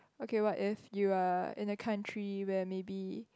okay what if you are in a country where maybe